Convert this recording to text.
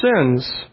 sins